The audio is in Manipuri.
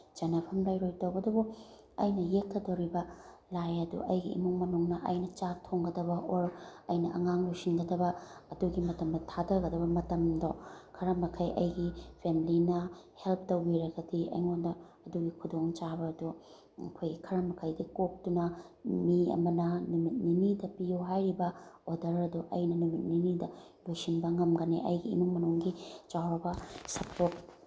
ꯆꯟꯅꯐꯝ ꯂꯩꯔꯣꯏ ꯇꯧꯕꯇꯕꯨ ꯑꯩꯅ ꯌꯦꯛꯀꯗꯧꯔꯤꯕ ꯂꯥꯏ ꯑꯗꯨ ꯑꯩꯒꯤ ꯏꯃꯨꯡ ꯃꯅꯨꯡꯅ ꯑꯩꯅ ꯆꯥꯛ ꯊꯣꯡꯒꯗꯕ ꯑꯣꯔ ꯑꯩꯅ ꯑꯉꯥꯡ ꯂꯣꯏꯁꯤꯟꯒꯗꯕ ꯑꯗꯨꯒꯤ ꯃꯇꯝꯗ ꯊꯥꯗꯒꯗꯕ ꯃꯇꯝꯗꯣ ꯈꯔ ꯃꯈꯩ ꯑꯩꯒꯤ ꯐꯦꯃꯤꯂꯤꯅ ꯍꯦꯜꯞ ꯇꯧꯕꯤꯔꯒꯗꯤ ꯑꯩꯉꯣꯟꯗ ꯑꯗꯨꯒꯤ ꯈꯨꯗꯣꯡꯆꯥꯕ ꯑꯗꯣ ꯑꯩꯈꯣꯏꯒꯤ ꯈꯔ ꯃꯈꯩꯗꯤ ꯀꯣꯛꯇꯨꯅ ꯃꯤ ꯑꯃꯅ ꯅꯨꯃꯤꯠ ꯅꯤꯅꯤꯗ ꯄꯤꯌꯣ ꯍꯥꯏꯔꯤꯕ ꯑꯣꯔꯗꯔ ꯑꯗꯣ ꯑꯩꯅ ꯅꯨꯃꯤꯠ ꯅꯤꯅꯤꯗ ꯂꯣꯏꯁꯤꯟꯕ ꯉꯝꯒꯅꯤ ꯑꯩꯒꯤ ꯏꯃꯨꯡ ꯃꯅꯨꯡꯒꯤ ꯆꯥꯎꯔꯕ ꯁꯄꯣꯔꯠ